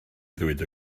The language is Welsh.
ddweud